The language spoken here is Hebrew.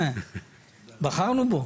בחרנו בו.